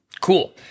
Cool